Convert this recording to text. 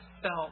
felt